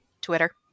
Twitter